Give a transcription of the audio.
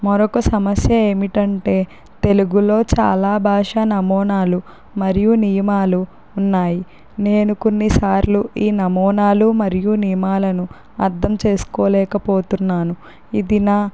మరొక సమస్య ఏమిటంటే తెలుగులో చాలా భాష నమూనాలు మరియు నియమాలు ఉన్నాయి నేను కొన్నిసార్లు ఈ నమూనాలు మరియు నియమాలను అర్థం చేసుకోలేకపోతున్నాను ఇది నా